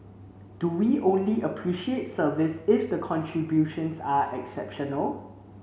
do we only appreciate service if the contributions are exceptional